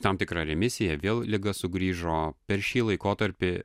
tam tikra remisija vėl liga sugrįžo per šį laikotarpį